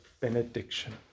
benediction